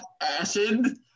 acid